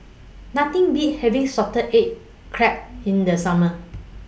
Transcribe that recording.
Nothing Beats having Salted Egg Crab in The Summer